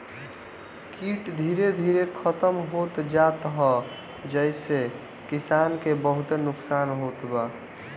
कीट धीरे धीरे खतम होत जात ह जेसे किसान के बहुते नुकसान होत बा